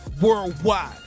worldwide